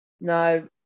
No